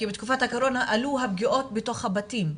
כי בתקופת הקורונה עלו הפגיעות בתוך הבתים.